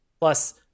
Plus